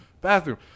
bathroom